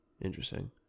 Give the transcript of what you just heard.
Interesting